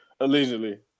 allegedly